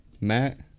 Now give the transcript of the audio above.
Matt